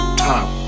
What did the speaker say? time